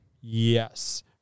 Yes